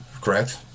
Correct